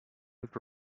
with